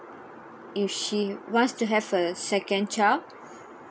if she wants to have a second child